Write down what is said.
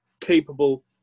capable